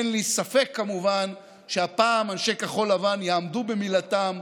אין לי ספק כמובן שהפעם אנשי כחול לבן יעמדו במילתם,